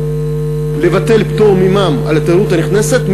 לבטל פטור ממע"מ על התיירות הנכנסת,